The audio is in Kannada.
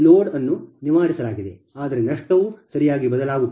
ಲೋಡ್ ಅನ್ನು ನಿವಾರಿಸಲಾಗಿದೆ ಆದರೆ ನಷ್ಟವು ಸರಿಯಾಗಿ ಬದಲಾಗುತ್ತದೆ